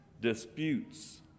disputes